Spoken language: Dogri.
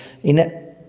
इ'नें